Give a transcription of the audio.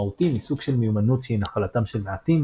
משמעותי מסוג של מיומנות שהיא נחלתם של מעטים,